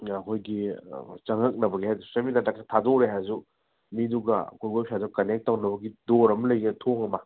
ꯑꯥ ꯑꯩꯈꯣꯏꯒꯤ ꯆꯪꯂꯛꯅꯕꯒꯤ ꯊꯥꯗꯣꯛꯂꯨꯔꯦ ꯍꯥꯏꯔꯁꯨ ꯃꯤꯗꯨꯒ ꯑꯩꯈꯣꯏ ꯋꯦꯕꯁꯥꯏꯠꯇꯨ ꯀꯟꯅꯦꯛ ꯇꯧꯅꯕꯒꯤ ꯗꯣꯔ ꯑꯃ ꯂꯩꯅꯦꯕ ꯊꯣꯡ ꯑꯃ